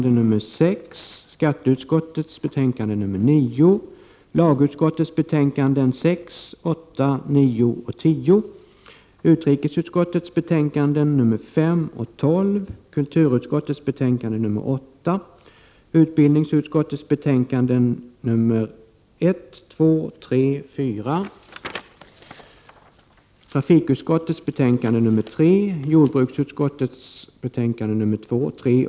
Det har gjorts gällande att det förekommit oklarheter beträffande grunderna för regeringens utvisningsbeslut. Det torde finnas ytterligare ett antal palestinier som befinner sig i samma situation. Det förefaller som om ett oproportionerligt stort antal palestinier får vänta vida längre tid än andra asylsökande. 1. Vad är förklaringen till de långa väntetiderna, och när kan en förbättring i beslutsordningen ske i palestinska asylärenden? 2.